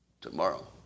tomorrow